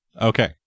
Okay